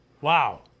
Wow